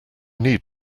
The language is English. need